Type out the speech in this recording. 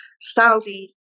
Saudi